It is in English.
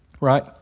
right